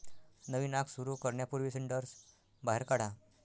नवीन आग सुरू करण्यापूर्वी सिंडर्स बाहेर काढा